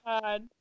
God